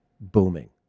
booming